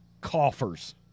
coffers